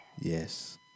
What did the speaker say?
Yes